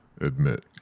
admit